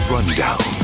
Rundown